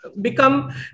Become